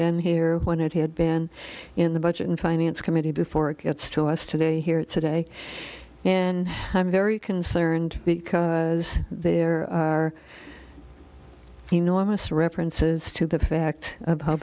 been here when it had been in the budget and finance committee before it gets to us today here today and i'm very concerned because there are enormous references to the fact of how